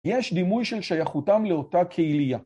‫יש דימוי של שייכותם לאותה קהיליה.